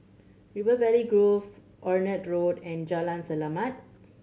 River Valley Grove Onraet Road and Jalan Selamat